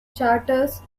charters